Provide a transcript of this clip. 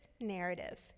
narrative